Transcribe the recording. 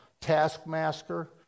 taskmaster